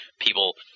people